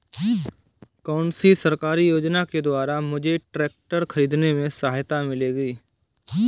कौनसी सरकारी योजना के द्वारा मुझे ट्रैक्टर खरीदने में सहायता मिलेगी?